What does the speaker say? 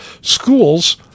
Schools